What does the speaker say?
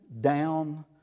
down